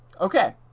Okay